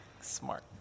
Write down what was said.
Smart